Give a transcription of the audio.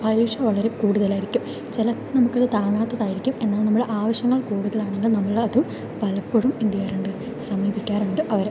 പലിശ വളരെ കൂടുതലായിരിക്കും ചിലത് നമുക്ക് താങ്ങാത്തതായിരിക്കും എന്നാൽ നമ്മള് ആവശ്യങ്ങൾ കൂടുതലാണെങ്കിൽ നമ്മളത് പലപ്പോഴും എന്ത് ചെയ്യാറുണ്ട് സമീപിക്കാറുണ്ട് അവരെ